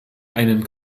einen